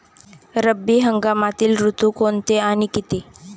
रब्बी हंगामातील ऋतू कोणते आणि किती?